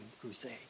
crusade